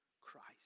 Christ